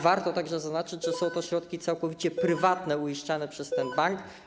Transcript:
Warto także zaznaczyć, że to są środki całkowicie prywatne, uiszczane przez bank.